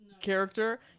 character